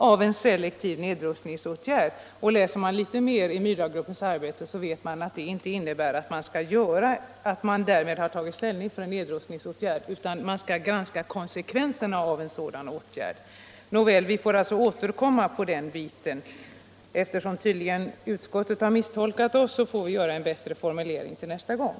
av en selektiv nedrustningsåtgärd. Läser man litet mer i Myrdalgruppens arbete förstår man också att det inte innebär att man därmed har tagit ställning för en nedrustningsåtgärd utan att det är fråga om att granska konsekvenserna av en sådan åtgärd. Nåväl, vi får återkomma till den biten. Eftersom utskottet tydligen har misstolkat oss får vi göra en bättre formulering till nästa gång.